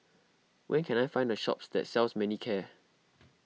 where can I find a shop that sells Manicare